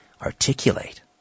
articulate